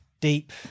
Deep